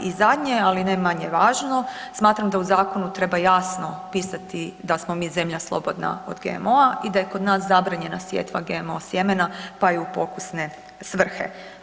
I zadnje, ali ne manje važno, smatram da u zakonu treba jasno pisati da smo mi zemlja slobodna od GMO-a i da je kod nas zabranjena sjetva GMO sjemena pa i u pokusne svrhe.